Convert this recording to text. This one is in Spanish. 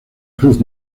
cruz